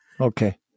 okay